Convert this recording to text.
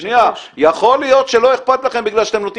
יכול להיות שלא אכפת לכם בגלל שאתם נותנים